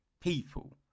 people